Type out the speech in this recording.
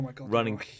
running